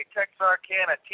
Texarkana